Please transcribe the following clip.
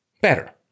Better